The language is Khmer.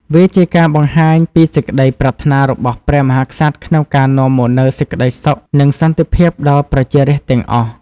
វាជាការបង្ហាញពីសេចក្តីប្រាថ្នារបស់ព្រះមហាក្សត្រក្នុងការនាំមកនូវសេចក្តីសុខនិងសន្តិភាពដល់ប្រជារាស្ត្រទាំងអស់។